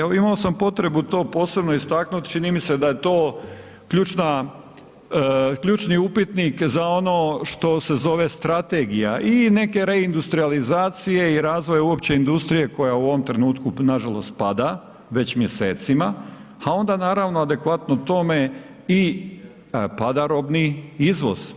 Evo imao sam potrebu to posebno istaknut, čini mi se da je to ključni upitnik za ono što se zove strategija i neke reindutrijalizacije i razvoj uopće industrije koja u ovom trenutku nažalost pada već mjesecima a onda naravno adekvatno tome i pada robni izvoz.